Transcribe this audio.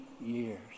years